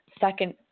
second